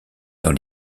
dans